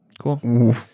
cool